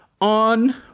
On